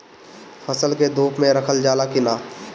फसल के धुप मे रखल जाला कि न?